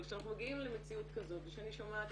אבל כשאנחנו מגיעים למציאות כזאת ושאני שומעת